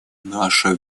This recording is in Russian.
наша